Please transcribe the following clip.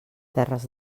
terres